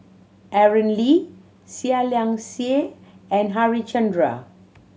Aaron Lee Seah Liang Seah and Harichandra